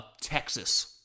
Texas